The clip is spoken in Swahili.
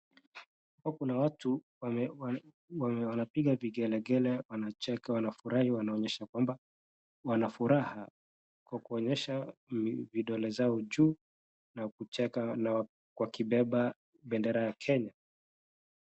Hapa kuna watu wenye wanapiga vigelegele wanacheka, wanafurahi wanaonyesha kwamba wana furaha kwa kuonyesha vidole zao juu na kucheka na wakibeba bendera ya Kenya.